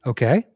Okay